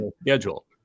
schedule